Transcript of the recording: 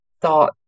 thought